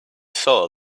saw